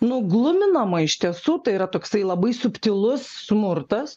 nu gluminama iš tiesų tai yra toksai labai subtilus smurtas